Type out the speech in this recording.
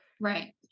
Right